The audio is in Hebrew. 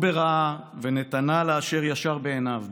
הוא בראה ונתנה לאשר ישר בעיניו.